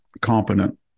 competent